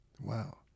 Wow